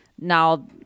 now